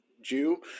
Jew